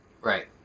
Right